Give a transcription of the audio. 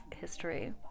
history